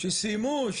שסיימו,